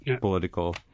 political